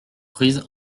prise